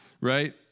right